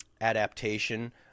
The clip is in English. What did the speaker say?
adaptation